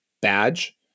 badge